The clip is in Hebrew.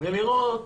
ולראות